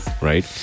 right